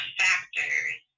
factors